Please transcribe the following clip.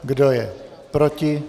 Kdo je proti?